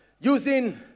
using